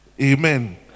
Amen